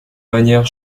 manières